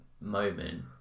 moment